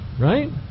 right